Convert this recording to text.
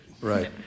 Right